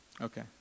okay